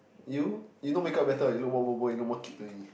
you you no makeup better you look more bobo you look more cute to me